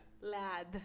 Lad